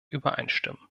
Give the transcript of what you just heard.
übereinstimmen